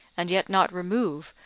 and yet not remove,